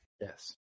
Yes